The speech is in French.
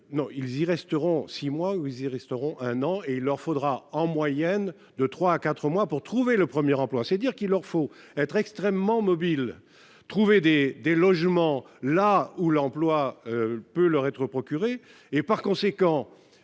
non, ils y resteront 6 mois où ils y resteront un an et il leur faudra en moyenne de 3 à 4 mois pour trouver le 1er emploi, c'est dire qu'il leur faut être extrêmement mobile, trouver des des logements là où l'emploi peut leur être procuré et par conséquent,